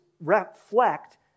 reflect